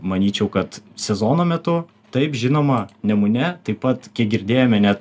manyčiau kad sezono metu taip žinoma nemune taip pat kiek girdėjome net